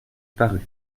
parut